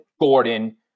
Gordon